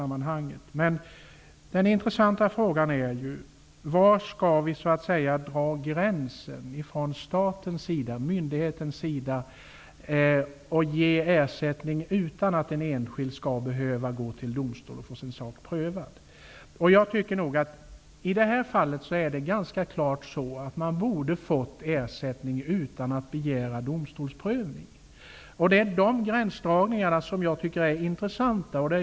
Men den intressanta frågan är: Var skall man dra gränsen för när staten resp. myndigheten skall ge ersättning utan att den enskilde skall behöva gå till domstol för att få sin sak prövad? I det här fallet är det ganska klart att den enskilde borde ha fått ersättning utan att behöva begära domstolsprövning. Det är dessa gränsdragningar som är intressanta.